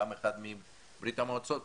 פעם אחת מברית המועצות,